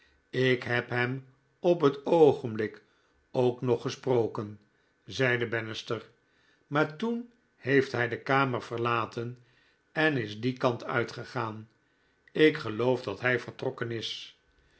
ik heb hem op het oogenblik ook nog gesproken zeide bannister maar toen heeft hy de kamer verlaten en is dien kant uitgegaan ik geloof dat hij vertrokken is